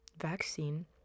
vaccine